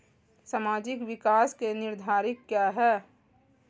सामाजिक विकास के निर्धारक क्या है?